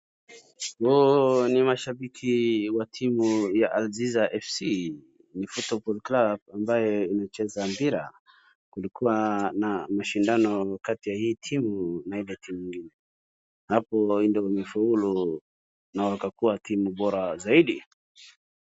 Huu ni mashabiki wa timu ya Al-aziza FC, ni football club ambaye imecheza mpira. Kulikuwa na mashindano kati ya hii timu na timu ingine. Hapo ndiyo imefaulu na wakakua timu bora zaidi.